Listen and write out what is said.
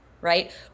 right